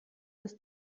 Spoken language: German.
das